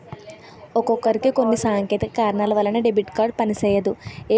ఒక్కొక్కసారి కొన్ని సాంకేతిక కారణాల వలన డెబిట్ కార్డు పనిసెయ్యదు